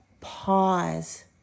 pause